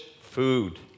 food